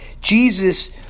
Jesus